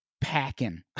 packing